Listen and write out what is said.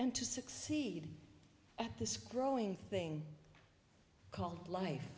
and to succeed at this growing thing called life